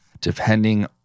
Depending